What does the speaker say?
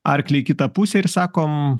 arklį į kitą pusę ir sakom